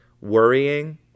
Worrying